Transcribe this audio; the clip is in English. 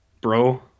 bro